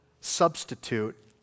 substitute